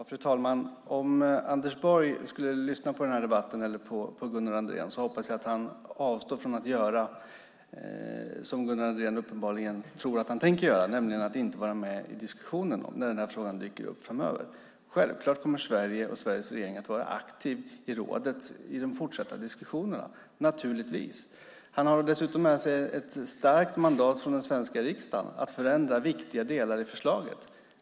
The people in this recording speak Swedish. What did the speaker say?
Fru talman! Om Anders Borg skulle lyssna på denna debatt eller på Gunnar Andrén så hoppas jag att han avstår från att göra som Gunnar Andrén uppenbarligen tror att han tänker göra, nämligen att inte vara med i diskussionen när frågan dyker upp framöver. Självklart kommer Sverige och Sveriges regering att vara aktiva i rådet i de fortsatta diskussionerna. Finansministern har dessutom med sig ett starkt mandat från den svenska riksdagen att förändra viktiga delar i förslaget.